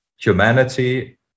humanity